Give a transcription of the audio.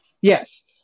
Yes